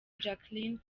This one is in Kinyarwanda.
jackline